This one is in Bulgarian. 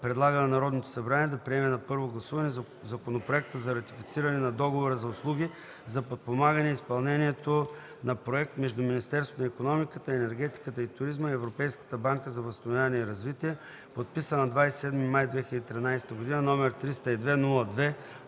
предлага на Народното събрание да приеме на първо гласуване Законопроект за ратифициране на Договора за услуги за подпомагане изпълнението на проект между Министерството на икономиката, енергетиката и туризма и Европейската банка за възстановяване и развитие, подписан на 27 май 2013 г, № 302-02-24,